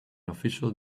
official